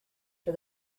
for